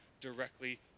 directly